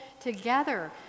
together